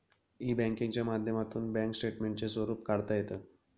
E बँकिंगच्या माध्यमातून bank स्टेटमेंटचे स्वरूप काढता येतं